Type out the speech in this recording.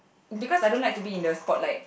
because I don't like to be in the spotlight